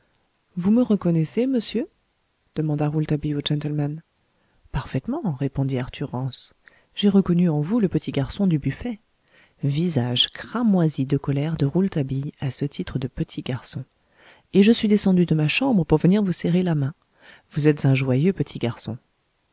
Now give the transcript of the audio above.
vous me reconnaissez monsieur demanda rouletabille au gentleman parfaitement répondit arthur rance j'ai reconnu en vous le petit garçon du buffet visage cramoisi de colère de rouletabille à ce titre de petit garçon et je suis descendu de ma chambre pour venir vous serrer la main vous êtes un joyeux petit garçon